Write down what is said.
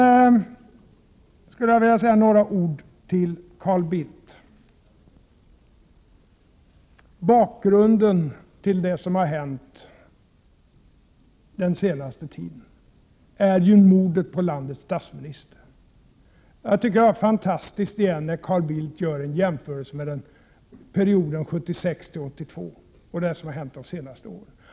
Jag skulle också vilja säga några ord till Carl Bildt. Bakgrunden till det som har hänt den senaste tiden är ju mordet på landets statsminister. Jag tycker att det var fantastiskt när Carl Bildt gjorde en jämförelse mellan perioden 1976-1982 och det som har hänt de senaste åren.